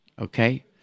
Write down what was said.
Okay